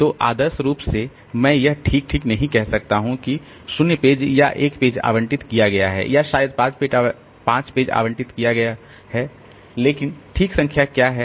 तो आदर्श रूप से मैं यह ठीक ठीक नहीं कह सकता हूं कि 0 पेज या 1 पेज आवंटित किया गया है या शायद 5 पेज आवंटित किया गया है लेकिन ठीक संख्या क्या है